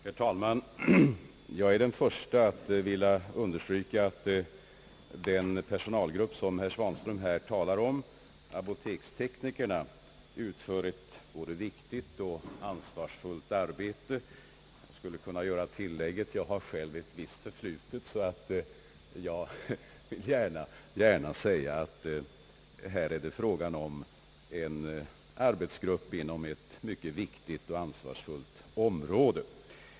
Herr talman! Jag är den förste att vilja understryka, att den personalgrupp herr Svanström här talar om, apoteksteknikerna, utför ett både viktigt och ansvarsfullt arbete. Jag skulle kunna tillägga att jag själv har ett visst för flutet, då det gäller denna yrkesgrupp. Jag vill gärna säga, att det här är fråga cm en arbetsgrupp inom ett viktigt arbetsområde.